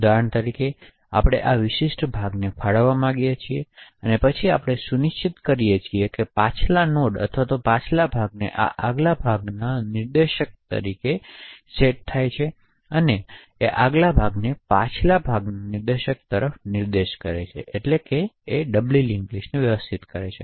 ઉદાહરણ તરીકે આપણે આ વિશિષ્ટ ભાગને ફાળવવા માંગીએ છીએ પછી આપણે સુનિશ્ચિત કરીએ છીએ કે પાછલા નોડ અથવા પાછલા ભાગોને આગળના ભાગ આગળના નિર્દેશક તરફ સમાન નિર્દેશ કરે છે તે જ રીતે આગળના ભાગોને પાછલા તક નિર્દેશક તરફ નિર્દેશ કરે છે